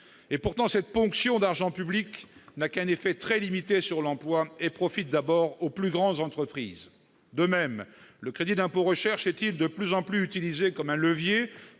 et pourtant cette ponction d'argent public n'a qu'un effet très limité sur l'emploi et profite d'abord aux plus grandes entreprises de même le crédit d'impôt recherche était de plus en plus utilisée comme un levier